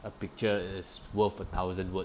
a picture is worth a thousand word